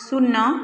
ଶୂନ